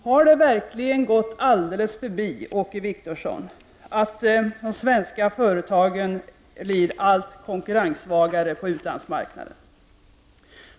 Har det undgått Åke Wictorsson att de svenska företagen blir allt konkurrenssvagare på utlandsmarknaden?